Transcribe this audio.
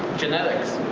genetics.